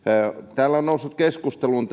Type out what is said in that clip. täällä on noussut keskusteluun